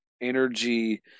energy